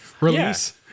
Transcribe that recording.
release